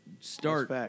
start